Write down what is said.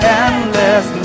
endless